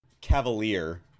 Cavalier